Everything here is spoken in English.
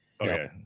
okay